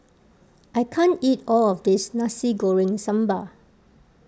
I can't eat all of this Nasi Goreng Sambal